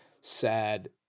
sad